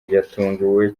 yatunguwe